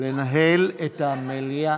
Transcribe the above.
לנהל את המליאה,